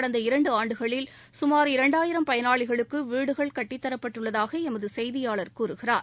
கடந்த இரண்டுஆண்டுகளில் கமார் இரண்டாயிரம் பயனாளிகளுக்குவீடுகள் கட்டித் தரப்பட்டுள்ளதாகஎமதுசெய்தியாளர் கூறுகிறார்